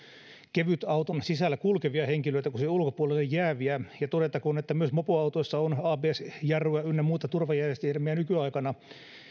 kevytauton sisällä kulkevia henkilöitä kuin sinne ulkopuolelle jääviä todettakoon että myös mopoautoissa on abs jarruja ynnä muita turvajärjestelmiä nykyaikana